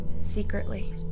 secretly